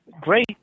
great